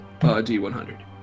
D100